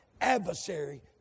adversary